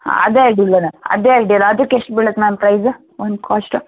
ಹಾಂ ಅದೇ ಅಡ್ಡಿಯಿಲ್ಲ ಮ್ಯಾಮ್ ಅದೇ ಅಡ್ಡಿಯಿಲ್ಲ ಅದಕ್ಕೆಷ್ಟು ಬೀಳ್ತಾ ಮ್ಯಾಮ್ ಪ್ರೈಸ್ ಒಂದು ಕಾಸ್ಟ್